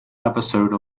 episode